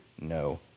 no